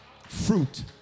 fruit